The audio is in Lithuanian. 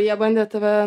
jie bandė tave